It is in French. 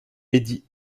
eddie